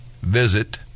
visit